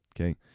Okay